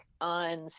on